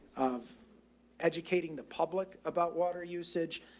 of educating the public about water usage,